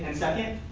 second?